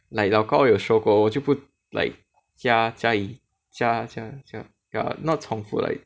like 老公有说过我就不 like 加加疑加加加 ya not 重复 like